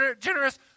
generous